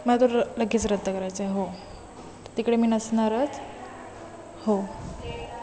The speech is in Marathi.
माझं र लग्गेच रद्द करायचं आहे हो तिकडे मी नसणारच हो